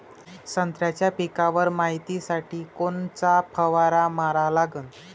संत्र्याच्या पिकावर मायतीसाठी कोनचा फवारा मारा लागन?